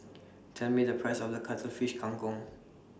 Tell Me The Price of The Cuttlefish Kang Kong